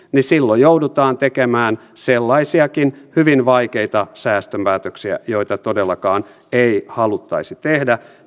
silloin joudutaan tekemään sellaisia hyvin vaikeitakin säästöpäätöksiä joita todellakaan ei haluttaisi tehdä